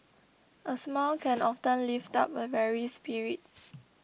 a smile can often lift up a weary spirit